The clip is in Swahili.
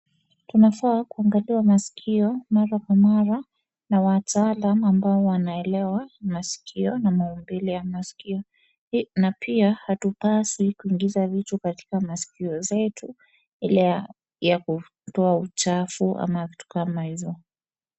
Tunafaa kuangaliwa masikio mara kwa mara na wataalamu ambao wanaelewa masikio na maumbile ya masikio na pia hatupasi kuingiza vitu katika masikio zetu ile ya kutoa uchafu ama vitu kama hizo.